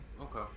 okay